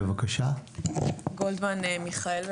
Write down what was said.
בבקשה גולדמן מיכאל.